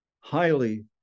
highly